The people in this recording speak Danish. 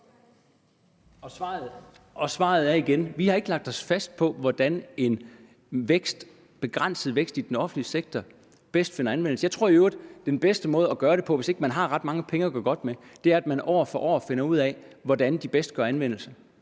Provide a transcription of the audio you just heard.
Svaret er igen, at vi ikke har lagt os fast på, hvordan en begrænset vækst bedst finder anvendelse. Jeg tror i øvrigt, at den bedste måde at gøre det på, hvis man ikke har ret mange penge at gøre godt med, er, at man år for år finder ud af, hvordan pengene bedst kan anvendes.